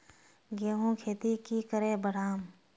गेंहू खेती की करे बढ़ाम?